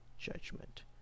judgment